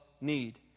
need